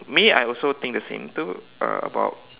me I also think the same too uh about